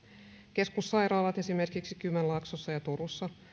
keskussairaalat esimerkiksi kymenlaaksossa ja turussa